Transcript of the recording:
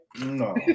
No